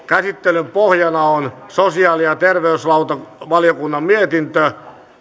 käsittelyn pohjana on sosiaali ja terveysvaliokunnan mietintö